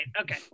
okay